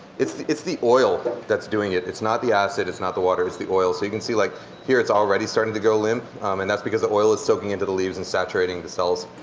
it's the it's the oil that's doing it. it's not the acid. it's not the water. it's the oil. so you can see like here it's already starting to go limp and that's because the oil is soaking into the leaves and saturating the cells.